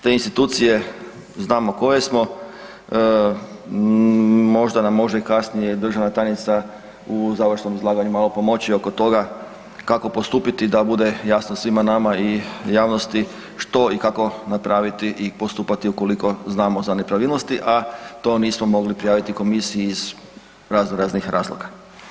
Te institucije znamo koje smo, možda nam može kasnije državna tajnica u završnom izlaganju malo pomoći oko toga kako postupiti da bude jasno svima nama i javnosti što i kako napraviti i postupati ukoliko znamo za nepravilnosti, a to nismo mogli prijaviti Komisiji iz razno raznih razloga.